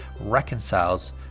reconciles